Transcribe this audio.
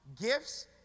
gifts